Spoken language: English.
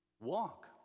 Walk